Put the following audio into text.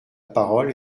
parole